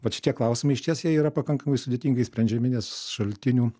vat šitie klausimai išties jie yra pakankamai sudėtingai išsprendžiami nes šaltinių